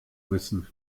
müssen